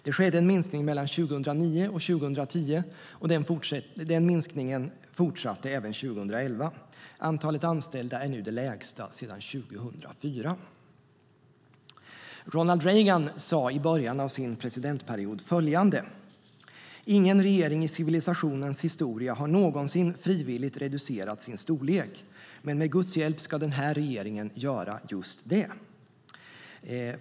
Det skedde en minskning mellan 2009 och 2010, och den minskningen fortsatte även 2011. Antalet anställda är nu det lägsta sedan 2004. Ronald Reagan sade i början av sin presidentperiod följande: Ingen regering i civilisationens historia har någonsin frivilligt reducerat sin storlek. Men med Guds hjälp ska den här regeringen göra just det.